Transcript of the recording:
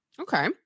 Okay